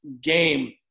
game